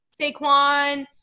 Saquon